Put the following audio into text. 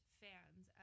fans